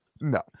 No